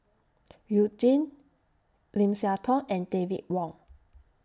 YOU Jin Lim Siah Tong and David Wong